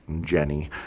jenny